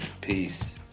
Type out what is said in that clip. Peace